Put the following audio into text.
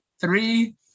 three